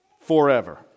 forever